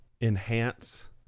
enhance